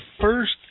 first